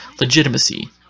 legitimacy